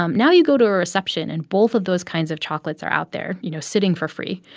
um now you go to a reception, and both of those kinds of chocolates are out there, you know, sitting for free.